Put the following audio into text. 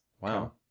Wow